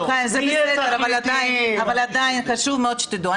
חיים, זה בסדר, אבל עדיין חשוב מאוד שתדעו.